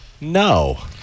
No